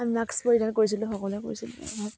আমি মাস্ক পৰিধান কৰিছিলোঁ সকলোৱে কৰিছিলোঁ মাস্ক